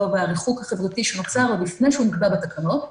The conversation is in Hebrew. והריחוק החברתי שנוצר עוד לפני שנקבע בתקנות,